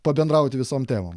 pabendrauti visom temom